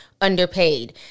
underpaid